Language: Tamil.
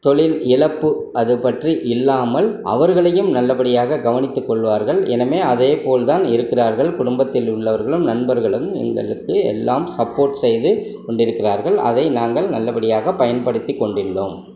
தொழில் இழப்பு அது பற்றி இல்லாமல் அவர்களையும் நல்லபடியாக கவனித்துக்கொள்வார்கள் எனவே அதே போல் தான் இருக்கிறார்கள் குடும்பத்தில் உள்ளவர்களும் நண்பர்களும் எங்களுக்கு எல்லாம் சப்போர்ட் செய்து கொண்டிருக்கிறார்கள் அதை நாங்கள் நல்லபடியாக பயன்படுத்தி கொண்டுள்ளோம்